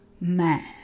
man